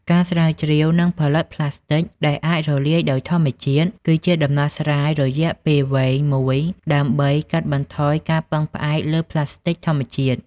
ការស្រាវជ្រាវនិងផលិតប្លាស្ទិកដែលអាចរលាយដោយធម្មជាតិ គឺជាដំណោះស្រាយរយៈពេលវែងមួយដើម្បីកាត់បន្ថយការពឹងផ្អែកលើប្លាស្ទិកធម្មតា។